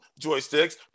joysticks